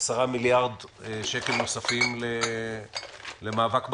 10 מיליארד שקל נוספים למאבק בקורונה,